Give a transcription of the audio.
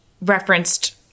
referenced